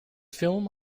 film